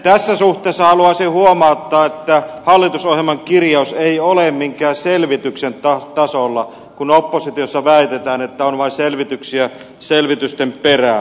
tässä suhteessa haluaisin huomauttaa että hallitusohjelman kirjaus ei ole minkään selvityksen tasolla kun oppositiossa väitetään että on vain selvityksiä selvitysten perään